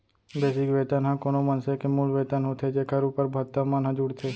basic वेतन ह कोनो मनसे के मूल वेतन होथे जेखर उप्पर भत्ता मन ह जुड़थे